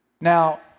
Now